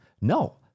No